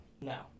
no